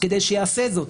כדי שיעשה זאת.